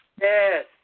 Yes